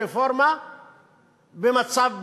הרפורמה במצב,